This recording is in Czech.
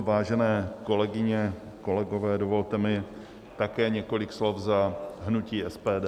Vážené kolegyně, kolegové, dovolte mi také několik slov za hnutí SPD.